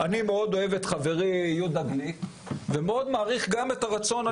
אני מאוד אוהב את חברי יהודה גליק ומאוד מעריך גם את הרצון.